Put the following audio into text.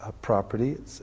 property